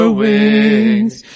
wings